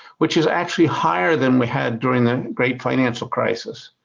which is actually higher than we had during the great financial crisis.